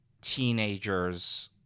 teenagers –